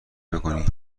بکنی